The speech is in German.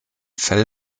fell